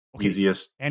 easiest